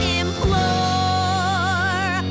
implore